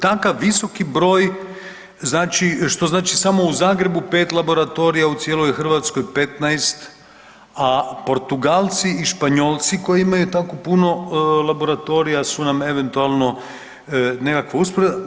Takav visoki broj znači, što znači samo u Zagrebu 5 laboratorija, u cijeloj Hrvatskoj 15, a Portugalci i Španjolci koji imaju tako puno laboratorija su nam eventualno nekakva usporedba.